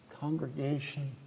Congregation